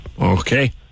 Okay